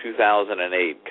2008